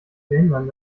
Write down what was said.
verhindern